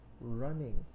running